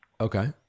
Okay